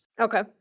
Okay